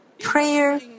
prayer